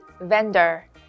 vendor